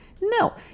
No